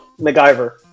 MacGyver